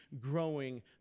growing